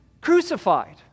crucified